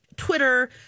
Twitter